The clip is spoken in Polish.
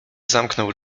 zamknął